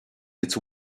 its